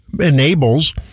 Enables